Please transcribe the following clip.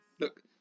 Look